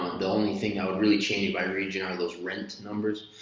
and only thing i would really change by region are those rent numbers